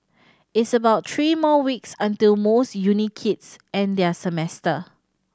it's about three more weeks until most uni kids end their semester